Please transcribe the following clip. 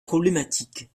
problématique